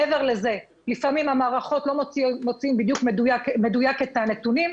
מעבר לזה לפעמים המערכות לא מוציאות בדיוק מדויק את הנתונים.